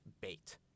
bait